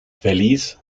feliz